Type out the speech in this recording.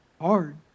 Hard